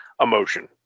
emotion